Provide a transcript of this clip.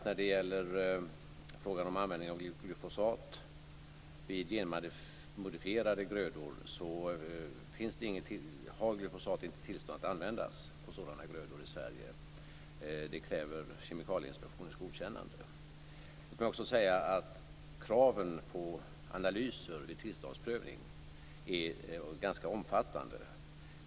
När det gäller frågan om användning av glyfosat vid genmodifierade grödor är det inte tillåtet att använda glyfosat på sådana grödor i Sverige. Det kräver Låt mig också säga att kraven på analyser vid tillståndsprövning är ganska omfattande.